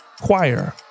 Choir